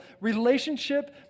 relationship